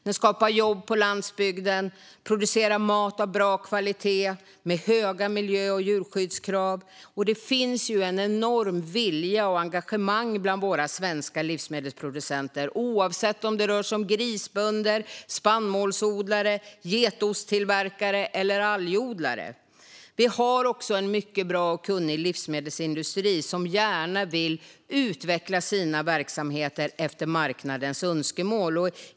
Den skapar jobb på landsbygden, och det produceras mat av bra kvalitet med höga miljö och djurskyddskrav. Det finns en enorm vilja och ett enormt engagemang bland våra svenska livsmedelsproducenter, oavsett om det rör sig om grisbönder, spannmålsodlare, getosttillverkare eller algodlare. Vi har också en mycket bra och kunnig livsmedelsindustri som gärna vill utveckla sina verksamheter efter marknadens önskemål.